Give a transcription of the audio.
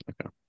Okay